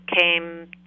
came